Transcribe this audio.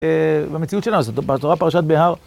במציאות שלנו, זאת אומרת, תורה פרשת בהר